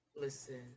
listen